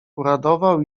uradował